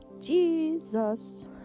Jesus